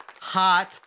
Hot